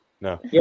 No